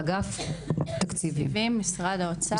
אגף תקציבים, משרד האוצר,